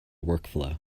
workflow